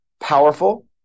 powerful